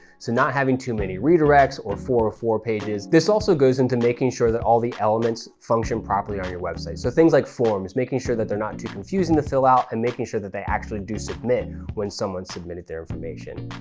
so not having too many redirects or four hundred and four pages. this also goes into making sure that all the elements function properly on your website. so things like forms, making sure that they're not too confusing to fill out and making sure that they actually do submit when someone submitted their information.